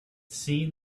seen